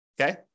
Okay